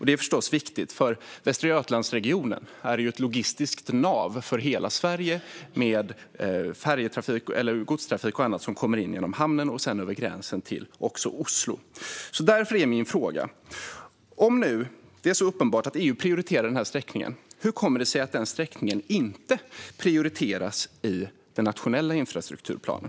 Det är förstås viktigt för Västra Götalandsregionen, som är ett logistiskt nav för hela Sverige med godstrafik genom hamnen och över norska gränsen till Oslo. Därför är min fråga: Om nu EU prioriterar denna sträckning - det är ju uppenbart att EU gör det - hur kommer det sig att den inte prioriteras i den nationella infrastrukturplanen?